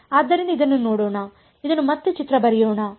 ಆದ್ದರಿಂದ ಇದನ್ನು ನೋಡೋಣ ಇದನ್ನು ಮತ್ತೆ ಚಿತ್ರ ಬರೆಯೋಣ